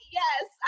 yes